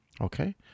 okay